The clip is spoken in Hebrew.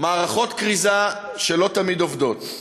מערכות כריזה שלא תמיד עובדות,